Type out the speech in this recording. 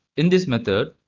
in this method,